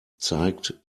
zeigt